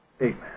Amen